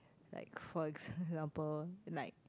like for example like